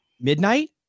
midnight